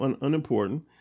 unimportant